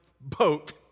boat